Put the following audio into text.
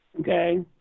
okay